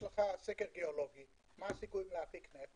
יש לך סקר גיאולוגי מה הסיכויים להפיק נפט,